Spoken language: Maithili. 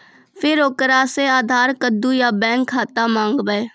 फिर ओकरा से आधार कद्दू या बैंक खाता माँगबै?